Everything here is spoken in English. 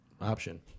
Option